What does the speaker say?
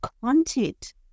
content